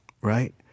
right